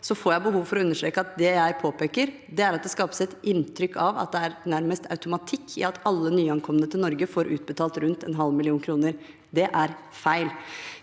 får jeg behov for å understreke at det jeg påpeker, er at det skapes et inntrykk av at det nærmest er automatikk i at alle nyankomne til Norge får utbetalt rundt en halv million kroner. Det er feil.